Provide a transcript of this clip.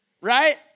Right